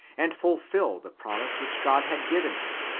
and fulfil the promise which god had given him,